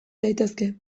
daitezke